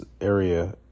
area